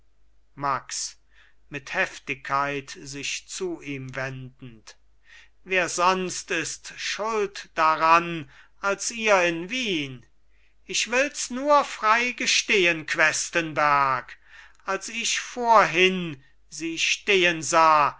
max mit heftigkeit sich zu ihm wendend wer sonst ist schuld daran als ihr in wien ich wills nur frei gestehen questenberg als ich vorhin sie stehen sah